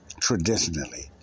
traditionally